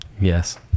Yes